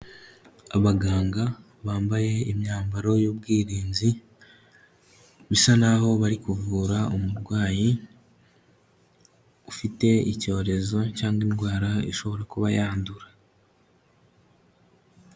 Abaganga bambaye imyambaro y'ubwirinzi, bisa naho bari kuvura umurwayi ufite icyorezo cyangwa indwara ishobora kuba yandura.